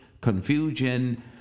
confusion